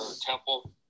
Temple